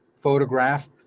photograph